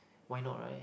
why not right